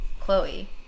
Chloe